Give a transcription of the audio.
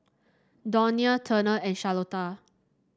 Donia Turner and Charlotta